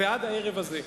ועד הערב הזה.